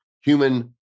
human